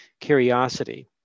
curiosity